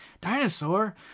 dinosaur